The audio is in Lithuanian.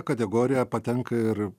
kategoriją patenka ir